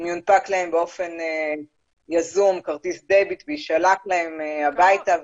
יונפק להם באופן יזום כרטיס דביט ויישלח להם הביתה,